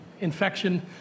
infection